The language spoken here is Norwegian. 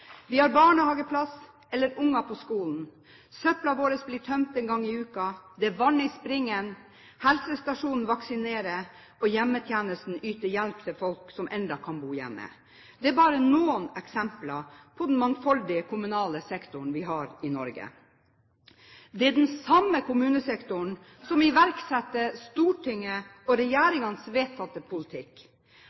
Vi har barnehageplass eller barn på skolen, søpla vår blir tømt en gang i uken, det er vann i springen, helsestasjonen vaksinerer, og hjemmetjenesten yter hjelp til folk som ennå kan bo hjemme. Dette er bare noen eksempler på den mangfoldige kommunale sektoren vi har i Norge. Det er den samme kommunesektoren som iverksetter Stortingets og regjeringens vedtatte politikk.